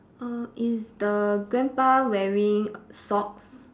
err is the grandpa wearing socks